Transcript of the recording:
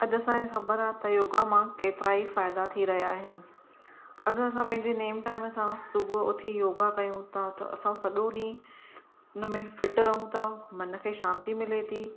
अजु॒ असांखे ख़बर आहे त योगा मां केतिरा ई फ़ाइदा थी रहिया आहिनि अघि असां पंहिंजे नेम टेम सां सुबुह़ जो उथी योगा कयूं था त असां सजो॒ डीं॒हुं हुनमें फ़िट रहूं था मन खे शांती मिले थी